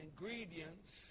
ingredients